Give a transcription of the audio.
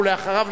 ואחריו,